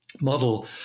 model